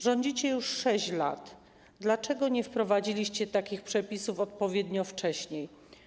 Rządzicie już 6 lat, dlaczego nie wprowadziliście takich przepisów odpowiednio wcześniej?